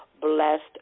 blessed